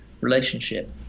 relationship